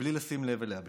בלי לשים לב אליה בכלל.